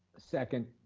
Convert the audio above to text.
second.